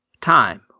time